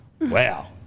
Wow